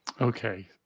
okay